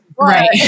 Right